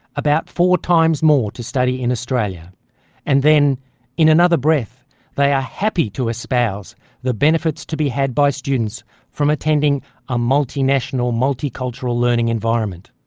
about four times more to study in australia and then in another breath they are happy to espouse the benefit to be had by students from attending a multinational, multicultural learning environment.